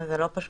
אז זה לא ירד.